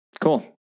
Cool